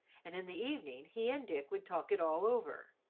and in the evening he and dick would talk it all over.